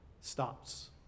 stops